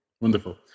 Wonderful